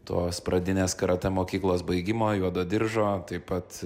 tos pradinės karate mokyklos baigimo juodo diržo taip pat